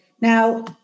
Now